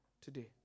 today